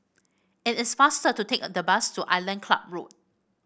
it is faster to take the bus to Island Club Road